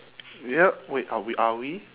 yup wait are we are we